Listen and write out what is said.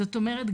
זאת אומרת,